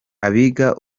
abiga